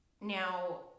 Now